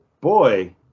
boy